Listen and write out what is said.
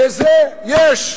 לזה יש.